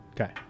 Okay